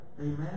Amen